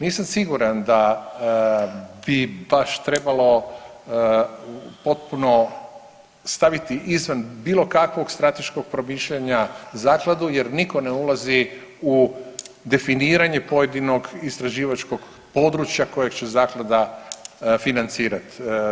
Nisam siguran da bi baš trebalo potpuno staviti izvan bilo kakvog strateškog promišljanja zakladu jer niko ne ulazi u definiranje pojedinog istraživačkog područja kojeg će zaklada financirat.